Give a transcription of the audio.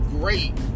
great